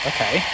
Okay